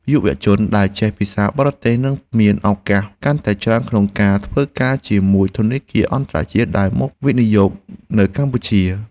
យុវជនដែលចេះភាសាបរទេសនឹងមានឱកាសកាន់តែច្រើនក្នុងការធ្វើការជាមួយធនាគារអន្តរជាតិដែលមកវិនិយោគនៅកម្ពុជា។